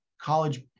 college